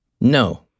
No